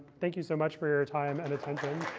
thank you so much for your time and attention.